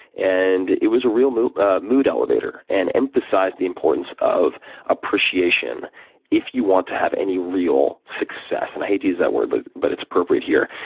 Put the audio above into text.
and it was a real mood ah mood elevator and emphasized the importance of appreciation if you want to have any real success, and i hate to use that word but but it's appropriate here.